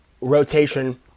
rotation